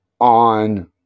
on